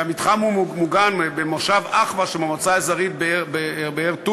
במתחם המוגן במושב אחווה שבמועצה האזורית באר-טוביה.